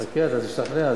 חכה, אתה תשתכנע.